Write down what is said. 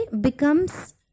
becomes